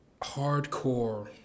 hardcore